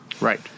Right